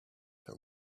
her